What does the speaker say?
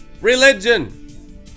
religion